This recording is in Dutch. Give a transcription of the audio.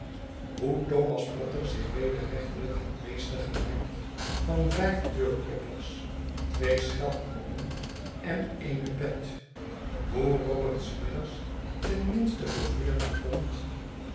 thomas potter zich wederrechtelijk had meester gemaakt van vijf deurkloppers twee schelknoppen en eene pet hoe robert smithers ten minste voor veertig pond